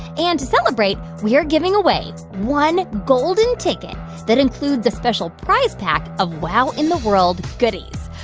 and to celebrate, we are giving away one golden ticket that includes a special prize pack of wow in the world goodies.